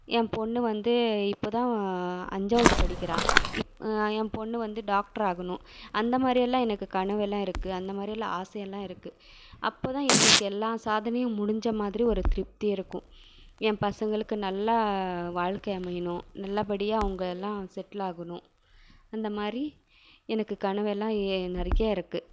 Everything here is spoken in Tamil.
என் பொண்ணு வந்து இப்போதான் அஞ்சாவது படிக்கிறாள் இப்போ என் பொண்ணு வந்து டாக்டராகணும் அந்தமாதிரியெல்லாம் எனக்கு கனவெல்லாம் இருக்குது அந்தமாதிரி ஆசையெல்லாம் இருக்குது அப்போ தான் எனக்கு எல்லா சாதனையும் முடிஞ்ச மாதிரி ஒரு திருப்தி இருக்கும் என் பசங்களுக்கு நல்லா வாழ்க்கை அமையணும் நல்லபடியாக அவங்க எல்லாம் செட்டிலாகணும் அந்தமாதிரி எனக்கு கனவெல்லாம் நிறைய இருக்குது